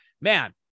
man